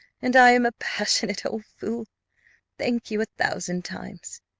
and i am a passionate old fool thank you a thousand times.